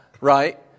right